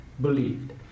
believed